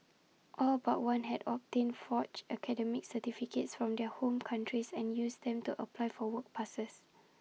all but one had obtained forged academic certificates from their home countries and used them to apply for work passes